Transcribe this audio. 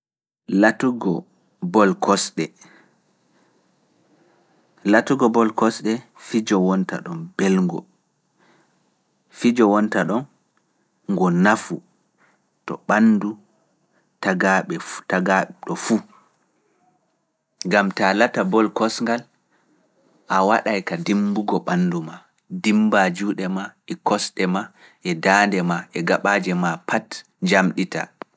Latugo bol kosɗe fijo wonta ɗon belngo, fijo wonta ɗon ngo nafu to ɓanndu tagaaɓe fu. gam ta lata bol kosngal a waɗay ka dimmbugo ɓanndu ma dimmba juuɗe ma e kosɗe ma e daande ma e gaɓaaje ma pat njamɗita.